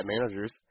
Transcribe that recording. Managers